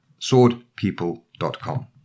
SwordPeople.com